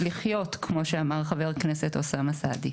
לחיות כמו שאמר חה"כ אוסאמה סעדי.